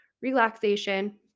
relaxation